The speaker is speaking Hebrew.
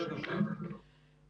תואמות את כמות המסרונים.